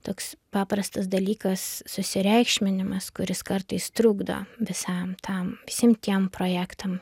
toks paprastas dalykas susireikšminimas kuris kartais trukdo visam tam visiem tiem projektam